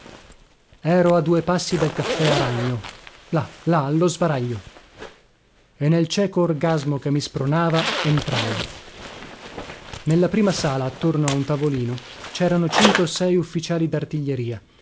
ero a due passi dal caffè aragno là là allo sbaraglio e nel cieco orgasmo che mi spronava entrai nella prima sala attorno a un tavolino cerano cinque o sei ufficiali